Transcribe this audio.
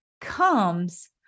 comes